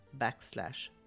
backslash